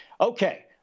Okay